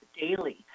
daily